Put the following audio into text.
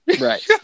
Right